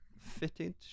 fitted